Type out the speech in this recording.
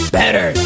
better